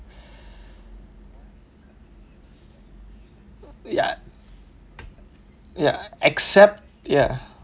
ya ya except ya